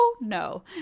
No